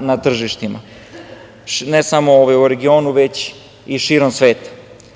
na tržištima. Ne samo u regionu, već i širom sveta. Sa